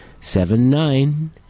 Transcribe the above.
seven-nine